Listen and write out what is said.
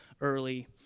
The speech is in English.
early